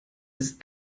ist